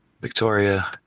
Victoria